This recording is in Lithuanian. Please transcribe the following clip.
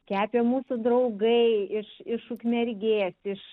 kepė mūsų draugai iš iš ukmergės iš